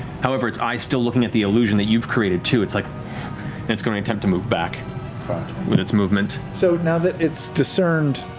however, its eyes still looking at the illusion that you've created, too. it's like. and it's going to attempt to move back with its movement. sam so now that it's discerned,